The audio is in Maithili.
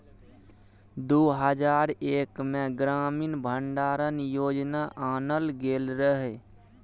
दु हजार एक मे ग्रामीण भंडारण योजना आनल गेल रहय